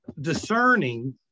discerning